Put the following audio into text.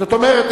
זאת אומרת,